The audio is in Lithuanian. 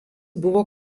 buvo